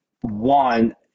One